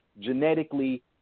genetically